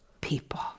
people